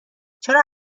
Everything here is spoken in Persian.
چرا